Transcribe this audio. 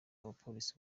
abapolisi